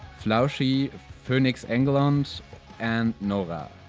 flauschie, phoenix engelland and nora.